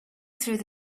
through